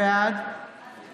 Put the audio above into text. בעד